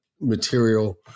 material